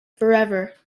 forever